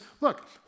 look